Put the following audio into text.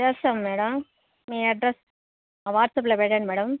చేస్తాం మేడం మీ అడ్రస్ వాట్సాప్లో పెట్టండి మేడం